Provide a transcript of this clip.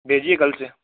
भेजिए कल से